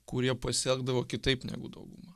kurie pasielgdavo kitaip negu dauguma